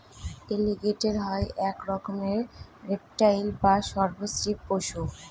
এলিগেটের হয় এক রকমের রেপ্টাইল বা সর্প শ্রীপ পশু